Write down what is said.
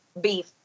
beef